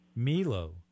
Milo